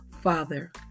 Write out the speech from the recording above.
Father